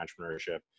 entrepreneurship